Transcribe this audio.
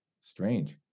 strange